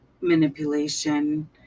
manipulation